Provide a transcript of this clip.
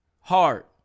heart